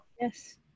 Yes